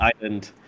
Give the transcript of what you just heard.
island